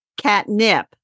catnip